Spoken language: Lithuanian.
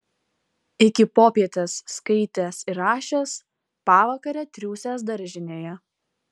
iki popietės skaitęs ir rašęs pavakare triūsęs daržinėje